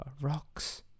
rocks